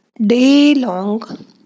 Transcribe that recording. day-long